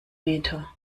meter